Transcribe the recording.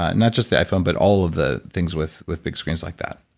not just the iphone, but all of the things with with big screens like that.